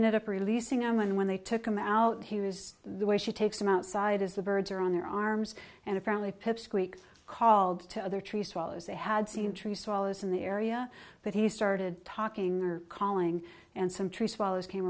net up releasing them and when they took him out he was the way she takes them outside as the birds are on their arms and apparently pipsqueak called to other tree swallows they had seen tree swallows in the area but he started talking or calling and some trees follows came